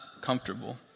comfortable